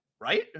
right